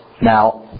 Now